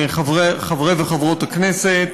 חברי וחברות הכנסת,